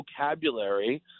vocabulary